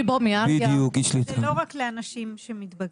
זה לא רק לאנשים שמתבגרים.